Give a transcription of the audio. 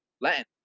Latin